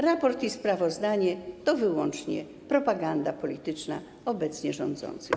Raport i sprawozdanie to wyłącznie propaganda polityczna obecnie rządzących.